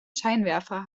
scheinwerfer